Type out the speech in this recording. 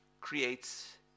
creates